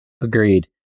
Agreed